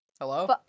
Hello